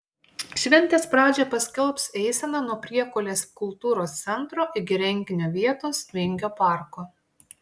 šventės pradžią paskelbs eisena nuo priekulės kultūros centro iki renginio vietos vingio parko